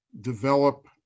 develop